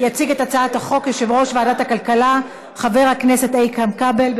יציג את הצעת החוק יושב-ראש ועדת הכלכלה חבר הכנסת איתן כבל,